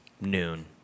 noon